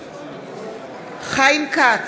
בעד חיים כץ,